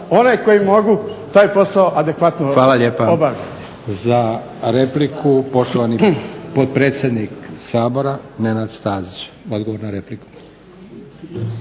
koji mogu taj posao adekvatno obaviti. **Leko, Josip (SDP)** Hvala lijepa. Za repliku poštovani potpredsjednik Sabora Nenad Stazić odgovor na repliku.